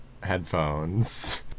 headphones